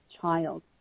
child